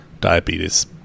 diabetes